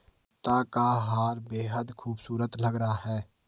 रीता का हार बेहद खूबसूरत लग रहा है